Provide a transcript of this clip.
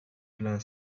plein